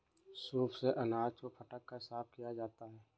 soup से अनाज को फटक कर साफ किया जाता है